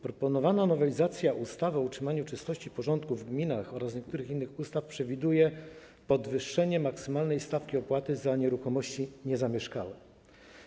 Proponowana nowelizacja ustawy o utrzymaniu czystości i porządku w gminach oraz niektórych innych ustaw przewiduje podwyższenie maksymalnej stawki opłaty za nieruchomości niezamieszkałe.